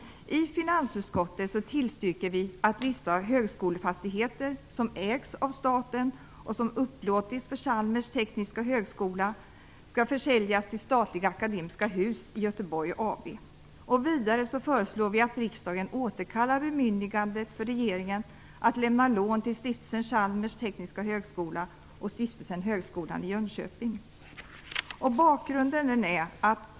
I finansutskottet tillstyrker vi att vissa högskolefastigheter som ägs av staten och som upplåtits för Chalmers tekniska högskola skall försäljas till Statliga Akademiska Hus i Göteborg AB. Vidare föreslår vi att riksdagen återkallar bemyndigandet för regeringen att lämna lån till Bakgrunden är denna.